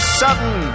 sudden